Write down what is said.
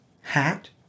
hat